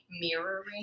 mirroring